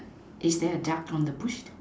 is there a duck on the bush